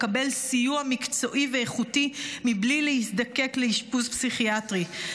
לקבל סיוע מקצועי ואיכותי מבלי להזדקק לאשפוז פסיכיאטרי.